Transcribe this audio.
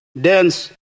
dance